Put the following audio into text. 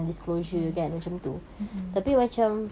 ah mm mm